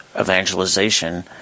evangelization